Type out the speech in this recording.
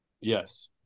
Yes